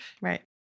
Right